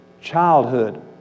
childhood